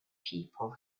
people